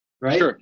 right